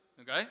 Okay